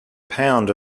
pound